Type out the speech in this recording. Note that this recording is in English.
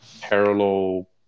parallel